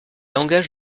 engage